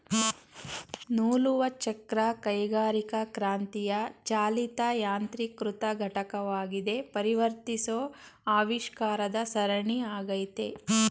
ನೂಲುವಚಕ್ರ ಕೈಗಾರಿಕಾಕ್ರಾಂತಿಯ ಚಾಲಿತ ಯಾಂತ್ರೀಕೃತ ಘಟಕವಾಗಿ ಪರಿವರ್ತಿಸೋ ಆವಿಷ್ಕಾರದ ಸರಣಿ ಆಗೈತೆ